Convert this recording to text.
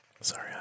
Sorry